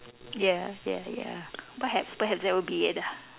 ya ya ya perhaps perhaps that would be it ah